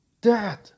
Dad